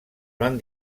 van